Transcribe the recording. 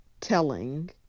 telling